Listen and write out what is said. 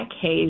case